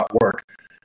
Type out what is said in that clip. work